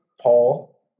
Paul